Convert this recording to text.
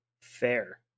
Fair